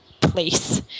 place